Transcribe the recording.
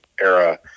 Era